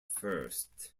first